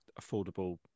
affordable